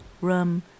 rum